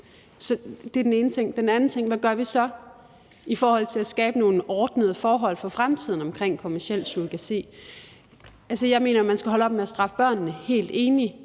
Det er den ene ting. Den anden ting er, hvad vi så gør i forhold til at skabe nogle ordnede forhold for fremtiden omkring kommerciel surrogati. Altså, jeg mener, at man skal holde op med at straffe børnene, helt enig.